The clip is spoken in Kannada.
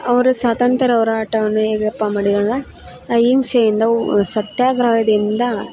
ಅವರು ಸ್ವಾತ್ರಂತ್ಯ ಹೋರಾಟವನ್ನು ಹೇಗಪ್ಪಾ ಮಾಡಿರಂದರ ಅಹಿಂಸೆಯಿಂದ ಉ ಸತ್ಯಾಗ್ರಹದಿಂದ